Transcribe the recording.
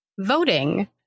Voting